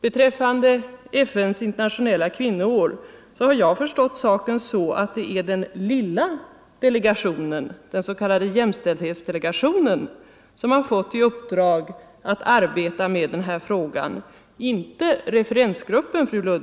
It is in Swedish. Beträffande FN:s internationella kvinnoår har jag förstått saken så att det är den lilla delegationen, den se. k. jämställdhetsdelegationen, som har fått i uppdrag att arbeta med frågan och inte referensgruppen.